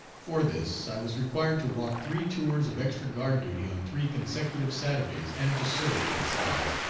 for this i was required to walk three tours of extra guard duty on three consecutive saturdays, and to serve, besides,